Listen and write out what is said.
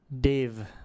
Dave